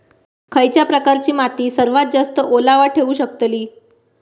खयच्या प्रकारची माती सर्वात जास्त ओलावा ठेवू शकतली?